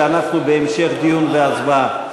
ואנחנו בהמשך דיון והצבעה.